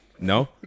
No